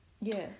Yes